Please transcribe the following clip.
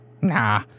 Nah